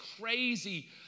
crazy